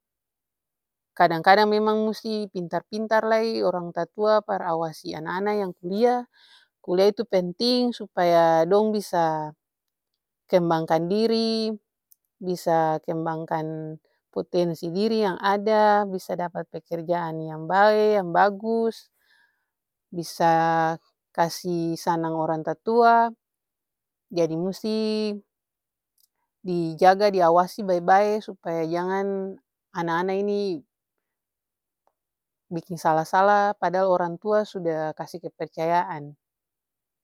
Kadang-kadang memang musti pintar-pintar lai orang tatua par awasi ana-ana yang kulia. Kulia itu penting supaya dong bisa kembangkan diri, bisa kembangkan potensi diri yang ada, bisa dapa pekerjaan yang bae yang bagus bisa kasi sanang orang tatua jadi musti dijaga, diawasi bae-bae supaya jangan ana-ana ini biking sala-sala padahal orang tua suda kasi kepercayaan.